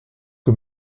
que